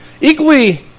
Equally